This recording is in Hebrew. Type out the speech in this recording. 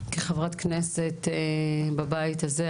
כחברת כנסת בבית הזה,